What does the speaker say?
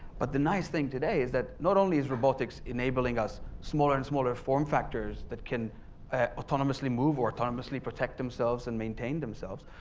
but the nice thing today is that not only is robotics enabling us smaller and smaller form factors that can autonomously move or autonomously protect themselves and maintain themselves,